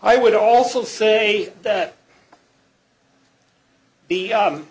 i would also say that the